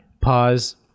pause